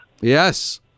Yes